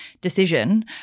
decision